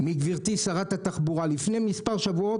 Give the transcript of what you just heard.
מגברתי שרת התחבורה לפני כמה שבועות